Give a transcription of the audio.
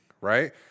right